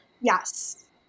Yes